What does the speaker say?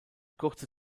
kurze